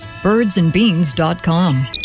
Birdsandbeans.com